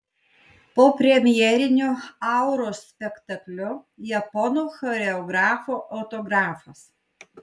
po premjeriniu auros spektakliu japonų choreografo autografas